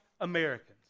Americans